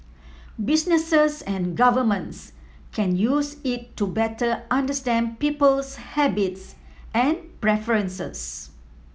businesses and governments can use it to better understand people's habits and preferences